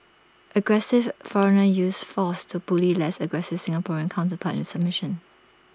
aggressive foreigner uses force to bully less aggressive Singaporean counterpart into submission